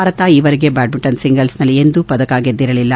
ಭಾರತ ಈವರೆಗೆ ಬ್ಯಾಡ್ಮಿಂಟನ್ ಸಿಂಗಲ್ಸ್ನಲ್ಲಿ ಎಂದೂ ಪದಕ ಗೆದ್ದಿರಲಿಲ್ಲ